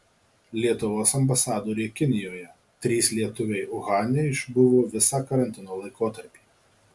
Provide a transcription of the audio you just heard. lietuvos ambasadorė kinijoje trys lietuviai uhane išbuvo visą karantino laikotarpį